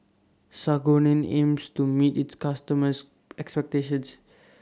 Sangobion aims to meet its customers' expectations